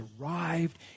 arrived